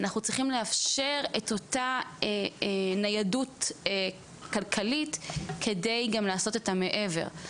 אנחנו צריכים לאפשר את אותה ניידות כלכלית כדי גם לעשות את המעבר.